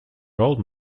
gold